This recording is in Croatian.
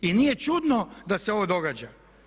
I nije čudno da se ovo događa.